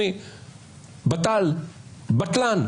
האם זה פלוס זה,